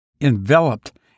enveloped